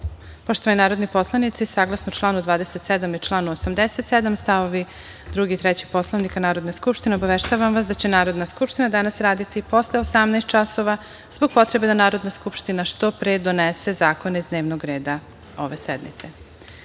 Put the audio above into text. narodni poslanici, saglasno članu 27. i članu 87. st. 2. i 3. Poslovnika Narodne skupštine, obaveštavam vas da će Narodna skupština danas raditi posle 18.00 časova zbog potrebe da Narodna skupština što pre donese zakone iz dnevnog reda ove sednice. Pošto